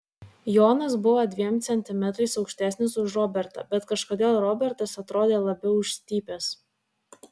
jonas buvo dviem centimetrais aukštesnis už robertą bet kažkodėl robertas atrodė labiau išstypęs